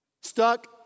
Stuck